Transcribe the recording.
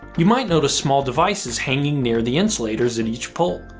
you might notice small devices hanging near the insulators at each pole.